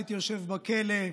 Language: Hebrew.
הייתי יושב בכלא,